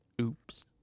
Oops